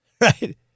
right